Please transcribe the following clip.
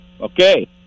okay